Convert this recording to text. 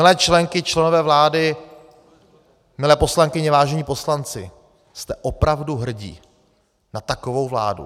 Milé členky, členové vlády, milé poslankyně, vážení poslanci, jste opravdu hrdí na takovou vládu?